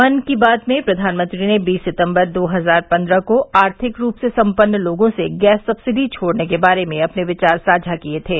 मन की बात में प्रधानमंत्री ने बीस सितम्बर दो हजार पन्द्रह को आर्थिक रूप से सम्पन्न लोगों से गैस सब्सिडी छोड़ने के बारे में अपने विचार साझा किए थे